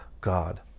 God